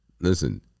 listen